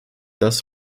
das